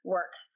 work